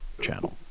channel